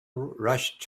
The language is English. rushed